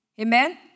amen